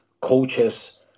coaches